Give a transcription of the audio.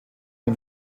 dem